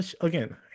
Again